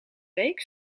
week